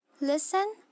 Listen